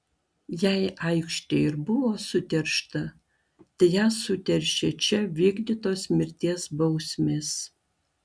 jei aikštė ir buvo suteršta tai ją suteršė čia vykdytos mirties bausmės